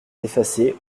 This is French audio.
effacé